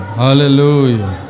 hallelujah